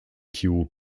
kiew